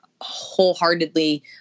wholeheartedly